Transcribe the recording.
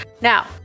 Now